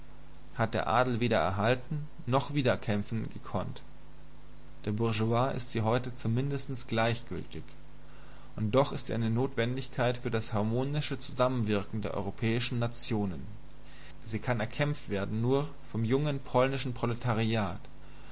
hat der adel weder erhalten noch wiedererkämpfen gekonnt der bourgeoisie ist sie heute zum mindesten gleichgültig und doch ist sie eine notwendigkeit für das harmonische zusammenwirken der europäischen nationen sie kann erkämpft werden nur vom jungen polnischen proletariat